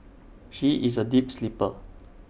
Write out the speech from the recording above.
she is A deep sleeper